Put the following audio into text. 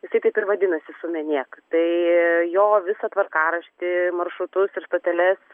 jisai taip ir vadinasi sumenėk tai jo visą tvarkaraštį maršrutus ir stoteles